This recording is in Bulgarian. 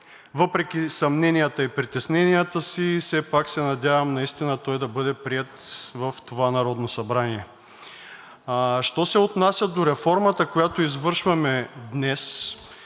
Въпреки съмненията и притесненията си все пак се надявам наистина той да бъде приет в това Народно събрание. Що се отнася до реформата, която извършваме днес.